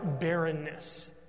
barrenness